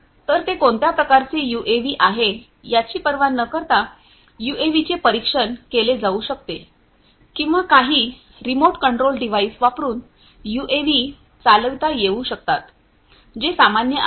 तर ते कोणत्या प्रकारचे यूएव्ही आहे याची पर्वा न करता यूएव्हीचे परीक्षण केले जाऊ शकते किंवा काही रिमोट कंट्रोल डिव्हाइस वापरुन यूएव्ही चालवता येऊ शकतात जे सामान्य आहे